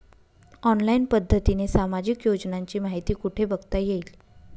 Online पद्धतीने सामाजिक योजनांची माहिती कुठे बघता येईल?